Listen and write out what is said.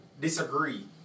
disagree